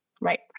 Right